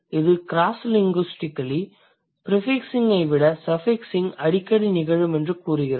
இது crosslinguistically ப்ரிஃபிக்ஸிங்கை விட சஃபிக்ஸிங் அடிக்கடி நிகழுமென்று கூறுகிறது